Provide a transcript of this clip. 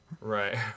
right